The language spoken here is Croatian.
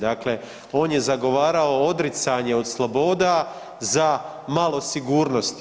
Dakle, on je zagovarao odricanje od sloboda za malo sigurnosti.